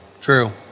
True